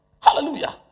Hallelujah